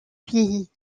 pays